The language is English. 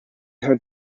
her